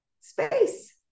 space